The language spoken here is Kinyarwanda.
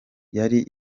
yari